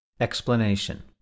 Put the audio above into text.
Explanation